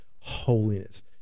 holiness